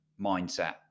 mindset